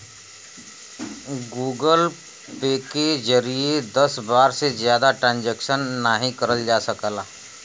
Google Pay के जरिए दस बार से जादा ट्रांजैक्शन नाहीं करल जा सकला